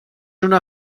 una